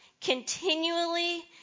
continually